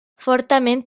fortament